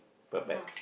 per pax